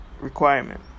requirement